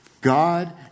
God